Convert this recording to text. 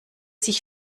sich